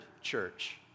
church